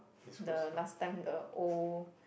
the last time the old